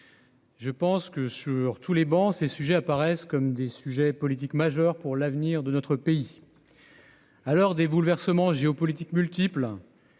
Je pense que sur tous les bancs, ces sujets apparaissent comme des sujets politique majeur pour l'avenir de notre pays à l'heure des bouleversements géopolitiques multiples